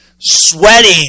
sweating